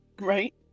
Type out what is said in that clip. right